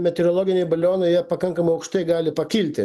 meteorologiniai balionai jie pakankamai aukštai gali pakilti